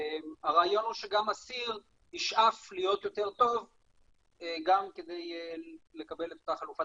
הרעיון הוא שגם אסיר ישאף להיות יותר טוב גם כדי לקבל את אותה חלופת